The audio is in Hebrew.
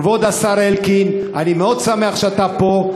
כבוד השר אלקין, אני מאוד שמח שאתה פה.